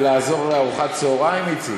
זה לעזור לארוחת צהריים, איציק?